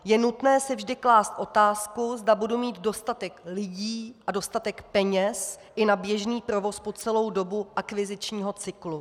Je nutné si vždy klást otázku, zda budu mít dostatek lidí a dostatek peněz i na běžný provoz po celou dobu akvizičního cyklu.